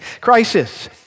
crisis